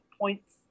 points